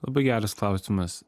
labai geras klausimas